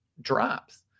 drops